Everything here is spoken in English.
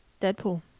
Deadpool